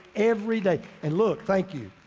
every day. and look, thank you,